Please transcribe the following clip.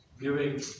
giving